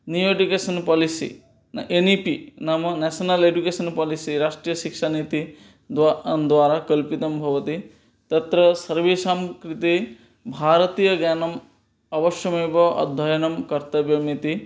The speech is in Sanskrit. new education policy N E P नाम न्याशनल् एडुकेशन् पालिसि राष्ट्रियशिक्षानीति द्वा द्वारा कल्पितं भवति तत्र सर्वेषां कृते भारतीयज्ञानम् अवश्यमेव अध्ययनं कर्तव्यमिति